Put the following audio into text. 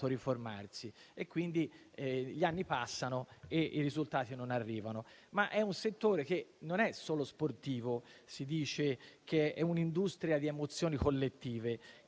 autoriformarsi. Quindi gli anni passano, ma i risultati non arrivano. Si tratta di un settore non solo sportivo: si dice che è un'industria di emozioni collettive che